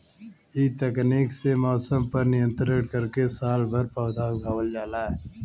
इ तकनीक से मौसम पर नियंत्रण करके सालभर पौधा उगावल जाला